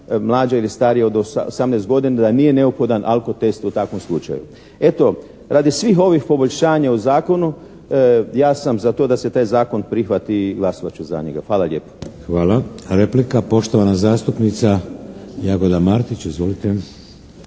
mlađa ili starija od 18 godina, da nije neophodan alko-test u takvom slučaju. Eto, radi svih ovih poboljšanja u Zakonu, ja sam za to da se taj Zakon prihvati i glasovat ću za njega. Hvala lijepo. **Šeks, Vladimir (HDZ)** Hvala. Replika, poštovana zastupnica Jagoda Martić. Izvolite.